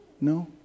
No